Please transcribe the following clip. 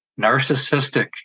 narcissistic